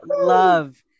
love